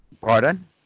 Pardon